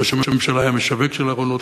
ראש הממשלה היה משווק של ארונות,